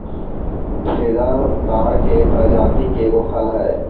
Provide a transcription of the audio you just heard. फेदा ताड़ के प्रजाति के एगो फल हई